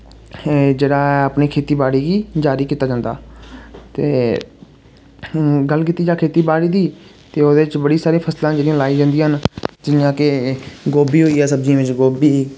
एह् जेह्ड़ा अपनी खेती बाड़ी गी जारी कीता जंदा ते गल्ल कीती जा खेती बाड़ी दी ते ओह्दे च बड़ी सारी फसलां जेह्ड़ी लाई जंदियां न जि'यां के गोहा होई गेआ सब्जियें बिच गोभी